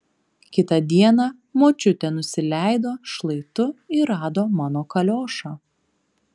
kitą dieną močiutė nusileido šlaitu ir rado mano kaliošą